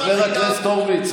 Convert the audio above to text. חבר הכנסת הורוביץ,